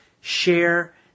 Share